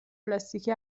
پلاستیکی